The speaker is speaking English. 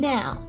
Now